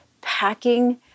packing